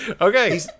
Okay